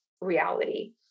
reality